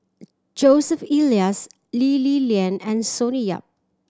Joseph Elias Lee Li Lian and Sonny Yap